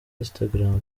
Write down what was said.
instagram